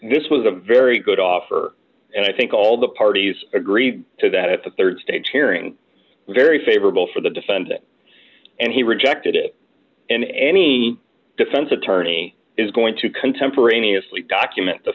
this was a very good offer and i think all the parties agreed to that at the rd stage hearing very favorable for the defendant and he rejected it and any defense attorney is going to contemporaneously document the